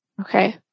Okay